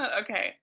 Okay